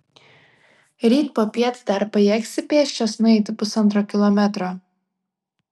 ryt popiet dar pajėgsi pėsčias nueiti pusantro kilometro